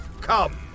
Come